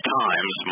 times